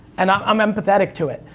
and i'm um empathetic to it,